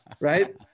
right